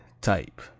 type